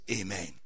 Amen